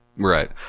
Right